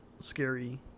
scary